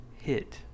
hit